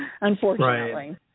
unfortunately